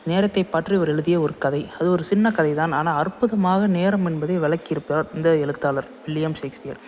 நேரத்தை பற்றி அவர் எழுதிய ஒரு கதை அது ஒரு சின்ன கதை தான் ஆனால் அற்புதமாக நேரம் என்பதை விளக்கி இருக்கிறார் இந்த எழுத்தாளர் வில்லியம் ஷேக்ஸ்பியர்